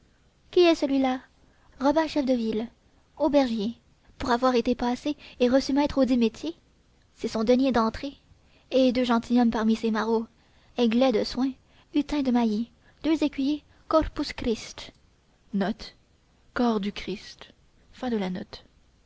carminis qu'est celui-là robin chief de ville haubergier pour avoir été passé et reçu maître audit métier c'est son denier d'entrée hé deux gentilshommes parmi ces marauds aiglet de soins hutin de mailly deux écuyers corpus christ